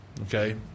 Okay